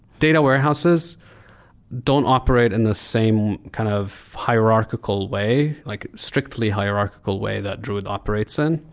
data warehouses don't operate in the same kind of hierarchical way, like strictly hierarchical way that druid operates in.